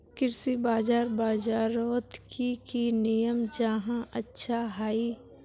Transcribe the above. कृषि बाजार बजारोत की की नियम जाहा अच्छा हाई?